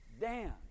Dan